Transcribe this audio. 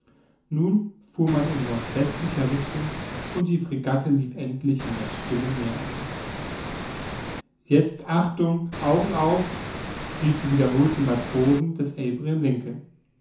nun fuhr man in nordwestlicher richtung und die fregatte lief endlich in das stille meer ein jetzt achtung augen auf riefen wiederholt die matrosen des